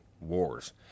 Wars